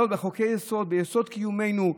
לא רק בחוקי-יסוד, יסוד קיומנו,